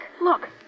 Look